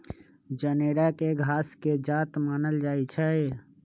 जनेरा के घास के जात मानल जाइ छइ